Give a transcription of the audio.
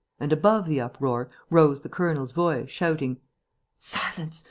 and, above the uproar, rose the colonel's voice, shouting silence.